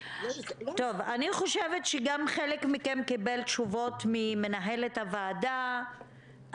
חלק מכם גם קיבל תשובות ממנהלת הוועדה,